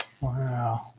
Wow